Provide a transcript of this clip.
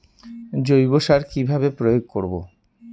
জৈব সার কি ভাবে প্রয়োগ করব?